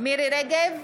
מירי מרים רגב,